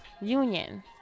Union